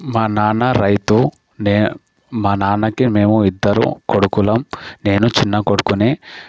మా నాన్న రైతు నేను మా నాన్నకి మేము ఇద్దరూ కొడుకులం నేను చిన్నకొడుకుని